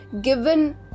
given